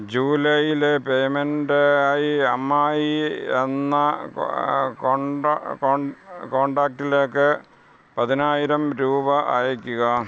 ജൂലൈയിലെ payment ആയി അമ്മായി എന്ന കൊ കൊണ്ട കൊൺ കോണ്ടാക്ടിലേക്ക് പതിനായിരം രൂപ അയയ്ക്കുക